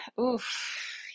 Oof